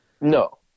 No